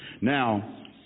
Now